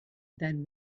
than